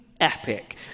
epic